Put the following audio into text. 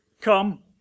come